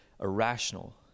irrational